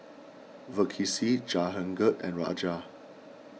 Verghese Jehangirr and Raja